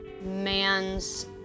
man's